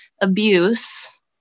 abuse